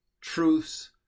truths